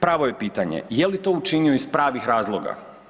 Pravo je pitanje je li to učinio iz pravih razloga.